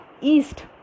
east